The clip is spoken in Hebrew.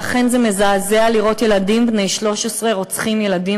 ואכן זה מזעזע לראות ילדים בני 13 רוצחים ילדים